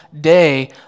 day